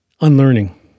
unlearning